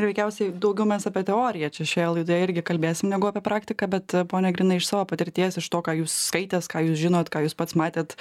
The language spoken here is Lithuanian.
ir veikiausiai daugiau mes apie teoriją čia šioje laidoje irgi kalbėsim negu apie praktiką bet pone grina iš savo patirties iš to ką jūs skaitęs ką jūs žinot ką jūs pats matėt